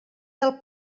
del